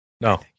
No